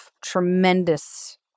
tremendous